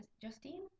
Justine